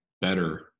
better